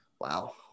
Wow